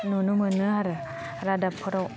नुनो मोनो आरो रादाबफोराव